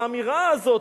האמירה הזאת,